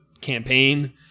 campaign